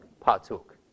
partook